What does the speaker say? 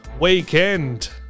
weekend